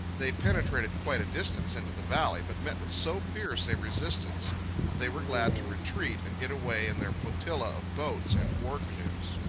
they penetrated quite a distance into the valley, but met with so fierce a resistance that they were glad to retreat and get away in their flotilla of boats and war-canoes.